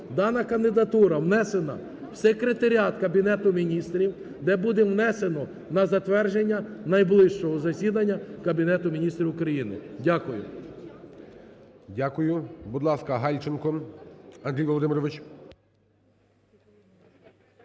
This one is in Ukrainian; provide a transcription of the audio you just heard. дана кандидатура внесена в Секретаріат Кабінету Міністрів, де буде внесено на затвердження найближчого засідання Кабінету Міністрів України. Дякую. ГОЛОВУЮЧИЙ. Дякую. Будь ласка, Гальченко Андрій Володимирович.